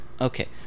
okay